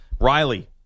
Riley